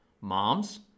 moms